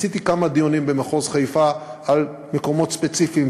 עשיתי כמה דיונים במחוז חיפה על מקומות ספציפיים,